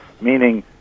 meaning